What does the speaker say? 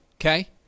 okay